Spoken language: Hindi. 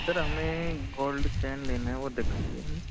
सर हमें गोल्ड चेन लेना है वो दिखाइए